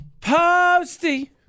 Posty